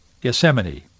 Gethsemane